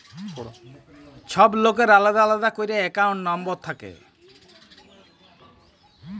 ছব লকের আলেদা আলেদা ক্যইরে একাউল্ট লম্বর থ্যাকে